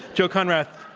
joe konrath,